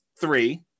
three